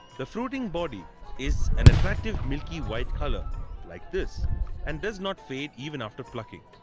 the fruiting body is in attractive milky white colour like this and does not fade even after plucking.